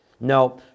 No